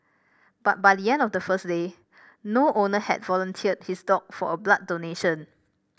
but by the end of the first day no owner had volunteered his dog for a blood donation